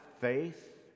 faith